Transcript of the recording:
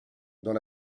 dans